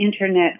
Internet